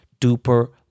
duper